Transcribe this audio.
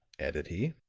added he,